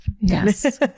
Yes